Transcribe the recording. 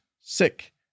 sick